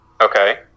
Okay